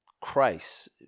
Christ